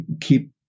keep